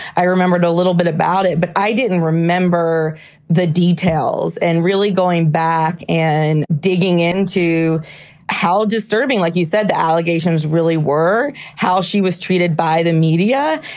i remembered a little bit about it, but i didn't remember the details. and really going back and digging into how disturbing, like you said, the allegations really were, how she was treated by the media.